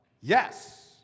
Yes